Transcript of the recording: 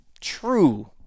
true